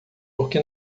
porque